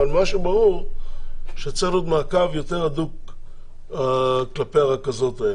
אבל מה שברור זה שצריך להיות מעקב יותר הדוק כלפי הרכזות האלה.